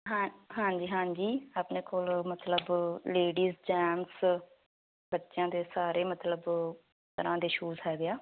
ਹਾਂ ਹਾਂਜੀ ਹਾਂਜੀ ਆਪਣੇ ਕੋਲ ਮਤਲਬ ਲੇਡੀਜ਼ ਜੈਂਟਸ ਬੱਚਿਆਂ ਦੇ ਸਾਰੇ ਮਤਲਬ ਤਰ੍ਹਾਂ ਦੇ ਸ਼ੂਜ ਹੈਗੇ ਆ